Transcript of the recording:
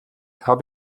habe